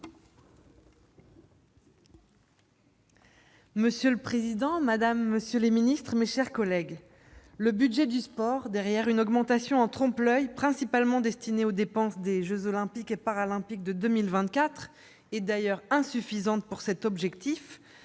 Monsieur le président, madame la ministre, monsieur le secrétaire d'État, mes chers collègues, le budget du sport, derrière une augmentation en trompe-l'oeil principalement allouée aux dépenses des jeux Olympiques et Paralympiques de 2024- et d'ailleurs insuffisante pour cet objectif